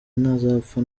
ntazapfa